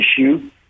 issue